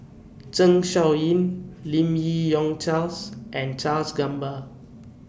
Zeng Shouyin Lim Yi Yong Charles and Charles Gamba